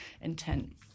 intent